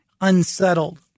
unsettled